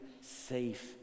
safe